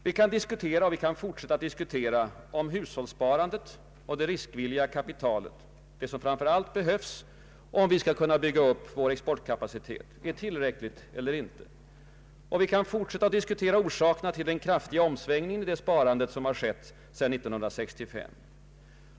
Vi kan diskutera — och vi kan fortsätta att diskutera — huruvida hushållssparandet och det riskvilliga kapitalet som framför allt behövs om vi skall bygga ut vår exportkapacitet är tillräckligt eller inte. Och vi kan fortsätta att diskutera orsakerna till den kraftiga omsvängningen i detta sparande som har skett sedan 1965.